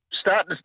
start